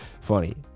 Funny